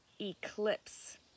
eclipse